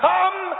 Come